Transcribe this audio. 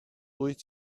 wyt